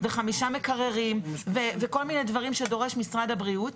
חמישה מקררים וכל מיני דברים שדורש משרד הבריאות.